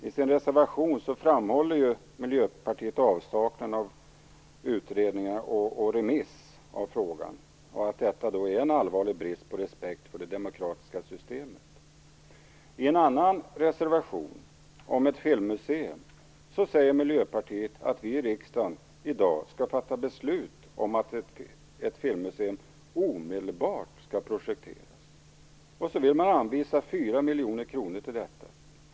I sin reservation framhåller Miljöpartiet avsaknaden av utredningar och remiss av frågan och att detta är en allvarlig brist på respekt för det demokratiska systemet. I en annan reservation, om ett filmmuseum, föreslår Miljöpartiet att vi i riksdagen i dag skall fatta beslut om att ett filmmuseum omedelbart skall projekteras. Man vill anvisa 4 miljoner kronor till detta.